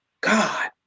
God